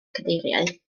cadeiriau